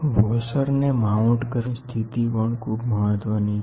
વોશરને mount કરવાની સ્થિતિ પણ ખૂબ મહત્વની છે